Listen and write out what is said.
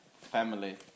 family